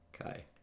Okay